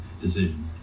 Decision